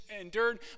endured